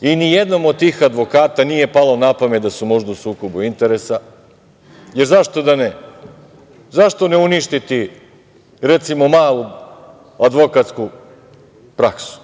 i ni jednom od tih advokata nije palo na pamet da su možda u sukobu interesa, jer zašto da ne? Zašto ne uništiti, recimo, malu advokatsku praksu.